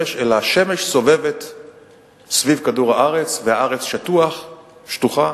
אלא השמש סובבת סביב כדור-הארץ והארץ שטוחה,